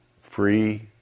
free